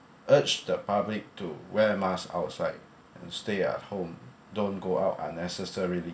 urged the public to wear mask outside and stay at home don't go out unnecessarily